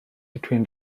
between